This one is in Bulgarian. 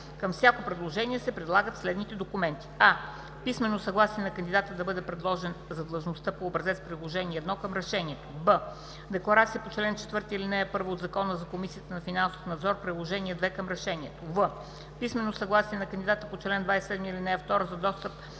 Към всяко предложение се прилагат следните документи: